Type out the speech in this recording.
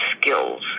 skills